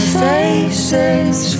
faces